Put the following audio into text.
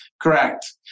Correct